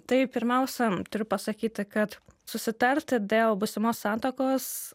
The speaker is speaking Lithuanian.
tai pirmiausia turiu pasakyti kad susitarti dėl būsimos santuokos